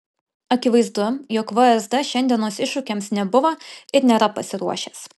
akivaizdu jog vsd šiandienos iššūkiams nebuvo ir nėra pasiruošęs